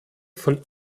von